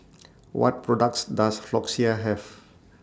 What products Does Floxia Have